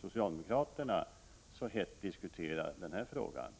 socialdemokrater att föra en så het diskussion i den här frågan.